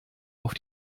auf